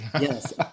Yes